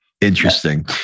Interesting